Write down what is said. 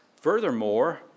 Furthermore